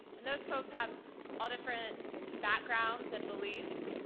and those folks have all different backgrounds and beliefs.